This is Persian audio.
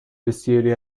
بسیاری